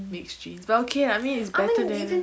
mixed genes but ookay ah I mean it's better than